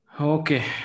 Okay